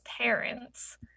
parents